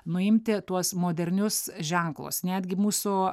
nuimti tuos modernius ženklus netgi mūsų